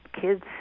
kids